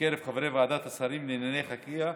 בקרב חברי ועדת השרים לענייני חקיקה,